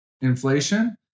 inflation